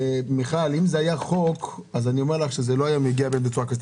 מיכל, אם זה היה חוק זה לא היה מגיע כך.